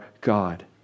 God